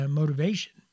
motivation